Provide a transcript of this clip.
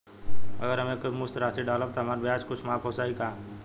अगर हम एक मुस्त राशी डालब त हमार ब्याज कुछ माफ हो जायी का?